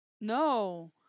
No